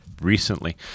recently